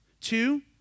Two